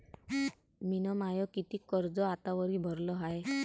मिन माय कितीक कर्ज आतावरी भरलं हाय?